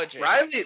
Riley